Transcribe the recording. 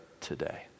today